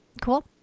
cool